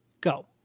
go